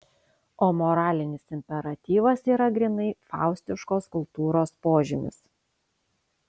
o moralinis imperatyvas yra grynai faustiškos kultūros požymis